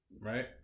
right